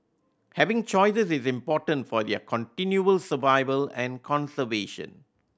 having choices is important for their continual survival and conservation